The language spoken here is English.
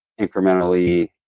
incrementally